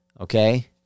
Okay